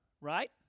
right